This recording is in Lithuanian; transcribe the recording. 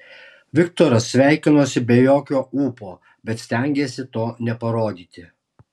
viktoras sveikinosi be jokio ūpo bet stengėsi to neparodyti